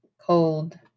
cold